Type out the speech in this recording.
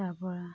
তাৰ পৰা